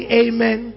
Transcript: amen